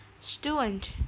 Student